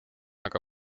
aga